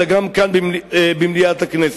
אלא גם כאן במליאת הכנסת.